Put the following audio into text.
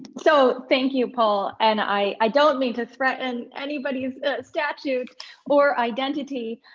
so, thank you, paul. and i don't mean to threaten anybody's statute or identity,